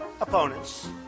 opponents